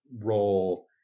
role